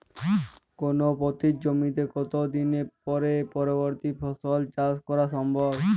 কোনো পতিত জমিতে কত দিন পরে পরবর্তী ফসল চাষ করা সম্ভব?